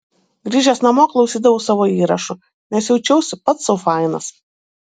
grįžęs namo klausydavau savo įrašų nes jaučiausi pats sau fainas